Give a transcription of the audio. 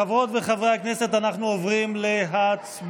חברות וחברי הכנסת, אנחנו עוברים להצבעה.